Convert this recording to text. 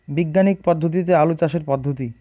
বিজ্ঞানিক পদ্ধতিতে আলু চাষের পদ্ধতি?